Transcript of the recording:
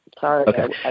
Sorry